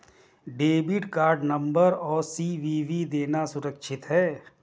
Debit card number और CVV देना सुरक्षित है?